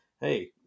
hey